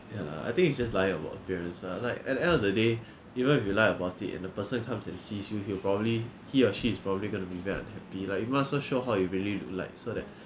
ya lah I think it's just lie about appearance ah like at the end of the day even if you lied about it and a person comes and sees you he'll probably he or she is probably going to be very unhappy like you might as well show how you really like so that